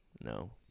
No